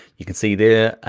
you can see there,